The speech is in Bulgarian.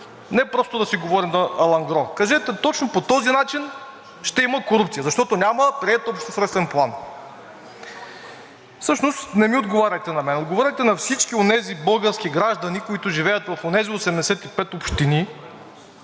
Не просто да си говорим алангро. Кажете точно по този начин ще има корупция, защото няма приет общ устройствен план. Всъщност не ми отговаряйте на мен. Отговорете на всички онези български граждани, които живеят в онези 85 общини,